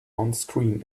onscreen